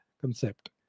concept